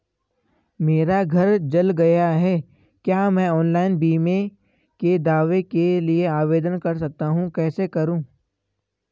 मेरा घर जल गया है क्या मैं ऑनलाइन बीमे के दावे के लिए आवेदन कर सकता हूँ कैसे करूँ?